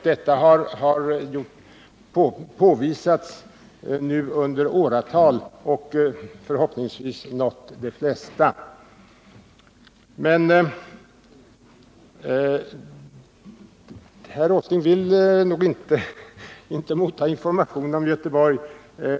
Detta har påvisats under åratal, och uppgifterna har förhoppningsvis nått de flesta. Men herr Åsling vill tydligen inte motta information om Göteborg.